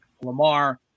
Lamar